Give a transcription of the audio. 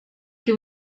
que